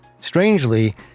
Strangely